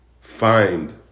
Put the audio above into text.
find